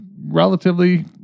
relatively